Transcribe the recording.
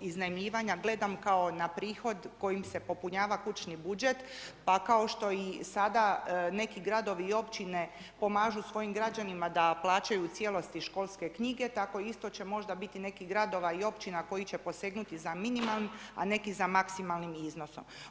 iznajmljivanja gledam kao na prihod kojim se popunjava kućni budžet pa kao što i sada neki gradovi i općine pomažu svojim građanima da plaćaju u cijelosti školske knjige, tako isto će možda biti nekih gradova i općina koji će posegnuti za minimalnim a neki za maksimalnim iznosom.